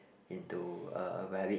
into a a rabbit